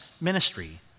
ministry